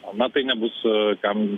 na ta nebus kam